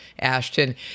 Ashton